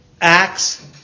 Acts